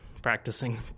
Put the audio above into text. practicing